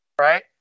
right